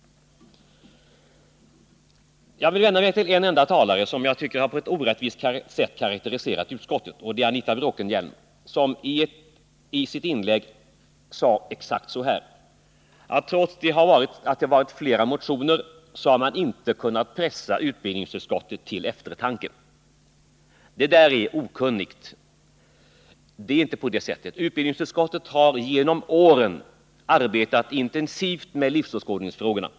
Jag vill vända mig till en enda talare, som på ett orättvist sätt karakteriserat utskottet — Anita Bråkenhielm. Hon sade i sitt inlägg att det kändes hårt att inte ens med hjälp av flera andra motioner ha kunnat pressa utskottet till eftertanke och till ett ställningstagande. Det är ett okunnigt uttalande — det är inte på det sättet. Utbildningsutskottet har genom åren arbetat intensivt med livsåskådningsfrågorna.